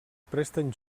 presten